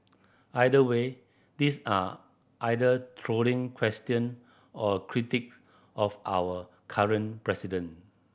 either way these are either trolling question or critique of our current president